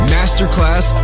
Masterclass